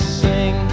sing